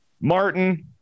Martin